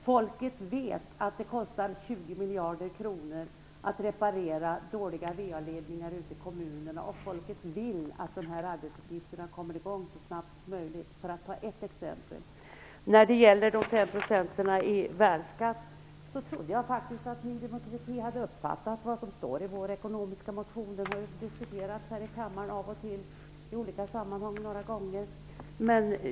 Folket vet att det kostar 20 miljarder kronor att reparera dåliga VA ledningar ute i kommunerna, och folket vill att dessa arbeten skall komma i gång så fort som möjligt. Det är ett exempel. Jag trodde faktiskt att Ny demokrati hade uppfattat vad som står i vår ekonomiska motion om en femprocentig värnskatt. Det har ju diskuterats här i kammaren av och till i olika sammahang.